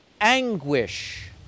anguish